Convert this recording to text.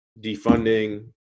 defunding